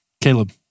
Caleb